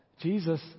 Jesus